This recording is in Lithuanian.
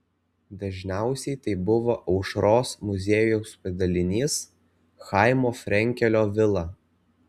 dažniausiai tai buvo aušros muziejaus padalinys chaimo frenkelio vila